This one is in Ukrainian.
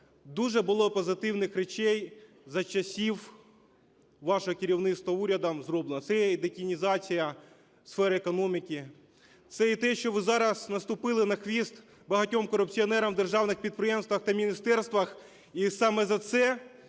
Дуже було позитивних речей за часів вашого керівництва урядом зроблено. Це є і детінізація сфери економіки, це і те, що ви зараз наступили на хвіст багатьом корупціонерам в державних підприємствах та міністерствах.